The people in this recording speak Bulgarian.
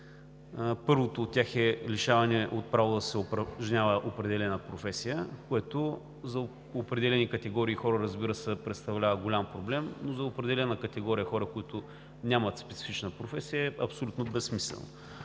Първото от тях е „лишаване от право да се упражнява определена професия“, което за определени категории хора, разбира се, представлява голям проблем, но за определена категория хора, които нямат специфична професия, е абсолютно безсмислено.